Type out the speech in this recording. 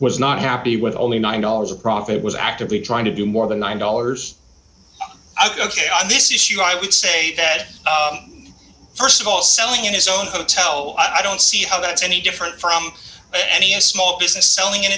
was not happy with only nine dollars a profit was actively trying to do more than nine dollars ok on this issue i would say that first of all selling in his own hotel i don't see how that's any different from any a small business selling in